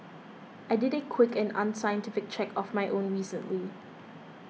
I did a quick and unscientific check of my own recently